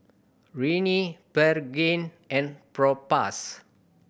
Rene Pregain and Propass